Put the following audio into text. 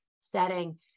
setting